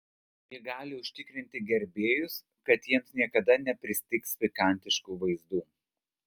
ji gali užtikrinti gerbėjus kad jiems niekada nepristigs pikantiškų vaizdų